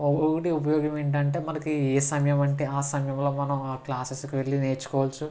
ఒకటి ఉపయోగం ఏంటి అంటే మనకి ఏ సమయమంటే ఆ సమయములో మనం ఆ క్లాసెస్కి వెళ్ళి నేర్చుకోవచ్చు